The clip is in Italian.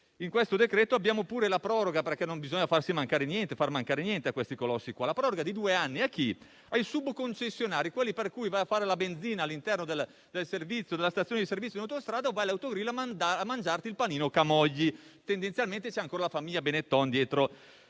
nel provvedimento abbiamo pure la proroga - perché non bisogna far mancare niente a questi colossi - di due anni ai subconcessionari, quelli per cui vai a fare la benzina all'interno della stazione di servizio in autostrada o vai all'Autogrill a mangiarti il panino Camogli. Tendenzialmente c'è ancora la famiglia Benetton dietro